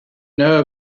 know